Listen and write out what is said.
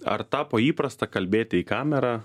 ar tapo įprasta kalbėti į kamerą